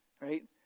right